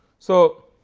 so,